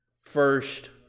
First